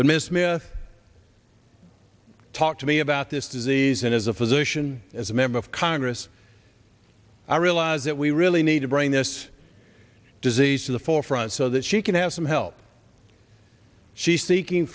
but miss mina talked to me about this disease and as a physician as a member of congress i realize that we really need to bring this disease to the forefront so that she can have some help she's